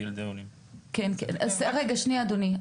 שנייה אדוני,